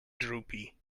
droopy